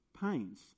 pains